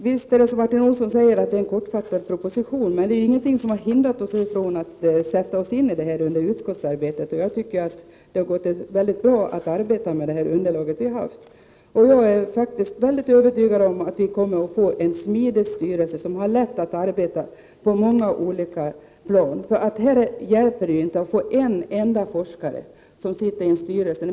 Herr talman! Visst är propositionen kortfattad, men det är ingenting som har hindrat oss ifrån att sätta oss in i frågan under utskottsarbetet. Jag tycker att det har gått väldigt bra att arbeta med det underlag som vi har haft. Jag är övertygad om att vi kommer att få en smidig styrelse, som har lätt att arbeta på många olika plan. Här är det inte till någon nytta att få en enda forskare i styrelsen.